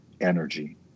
energy